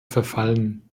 verfallen